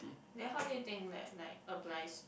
then how do you think that like applies